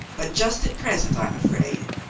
but just at present, i'm afraid,